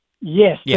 Yes